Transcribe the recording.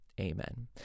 Amen